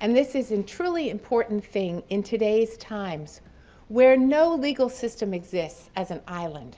and this is as truly important thing in today's times where no legal system exists as an island